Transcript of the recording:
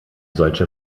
solche